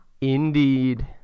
indeed